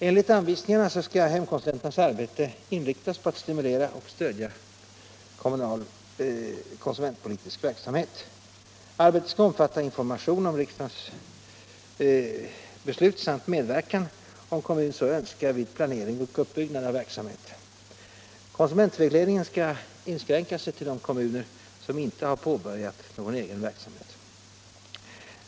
Enligt anvisningarna skall hemkonsulenternas arbete inriktas på att stimulera och stödja kommunal konsumentpolitisk verksamhet. Arbetet skall omfatta information om riksdagens beslut samt medverkan - om kommun så önskar — vid planering och uppbyggnad av verksamhet. Konsumentvägledningen skall inskränka sig till de kommuner som inte har påbörjat någon egen verksamhet.